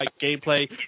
Gameplay